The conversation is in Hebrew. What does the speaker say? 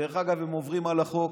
דרך אגב, הם עוברים על החוק.